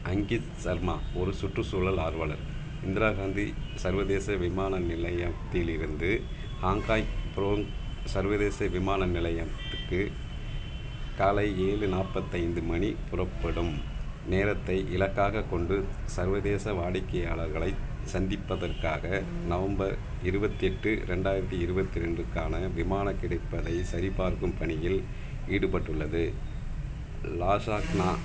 அங்கித் ஷர்மா ஒரு சுற்றுச்சூழல் ஆர்வலர் இந்திரா காந்தி சர்வதேச விமான நிலையத்திலிருந்து ஹாங்காய் புரோங் சர்வதேச விமான நிலையத்துக்கு காலை ஏழு நாற்பத்தைந்து மணி புறப்படும் நேரத்தை இலக்காகக் கொண்டு சர்வதேச வாடிக்கையாளர்களைச் சந்திப்பதற்காக நவம்பர் இருபத்தெட்டு ரெண்டாயிரத்தி இருபத்தி ரெண்டுக்கான விமானம் கிடைப்பதைச் சரிபார்க்கும் பணியில் ஈடுபட்டுள்ளது லாஸாக்னா